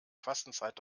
fastenzeit